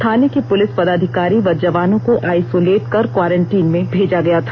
थाने के पुलिस पदाधिकारी व जवानों को आइसोलेट कर क्वारेन्टीन में भेजा गया था